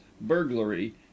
burglary